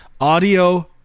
audio